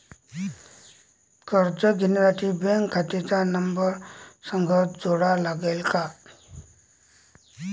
कर्ज घ्यासाठी बँक खात्याचा नंबर संग जोडा लागन का?